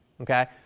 okay